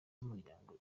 z’umuryango